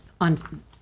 on